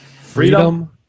freedom